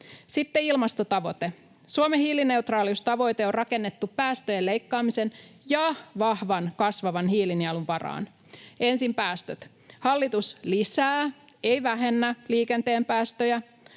Sitten ilmastotavoite. Suomen hiilineutraaliustavoite on rakennettu päästöjen leikkaamisen ja vahvan, kasvavan hiilinielun varaan. Ensin päästöt. Hallitus lisää, ei vähennä, liikenteen päästöjä.